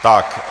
Tak.